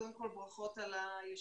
קודם כל, ברכות על הישיבה.